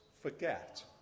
forget